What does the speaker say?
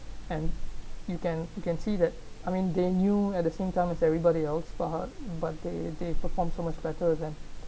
and you can you can see that I mean they knew at the same time as everybody else but but they they perform so much better than